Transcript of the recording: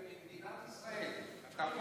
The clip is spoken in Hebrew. זה במדינת ישראל, בכל העולם.